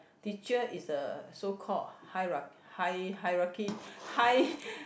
teacher is a so called hierar~ hie~ hierarchy hie~